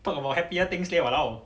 talk about happier things leh !walao!